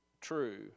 true